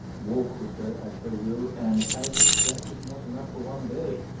walk with her, at her will, and as if that was not enough for one day,